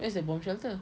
where's the bomb shelter